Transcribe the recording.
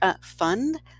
fund